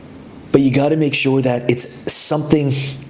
but you gotta make sure that it's something